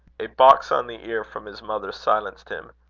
a box on the ear from his mother silenced him.